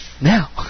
Now